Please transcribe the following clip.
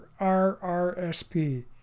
RRSP